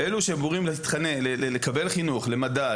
אלו שאמורים לקבל חינוך למדע,